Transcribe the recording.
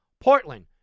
Portland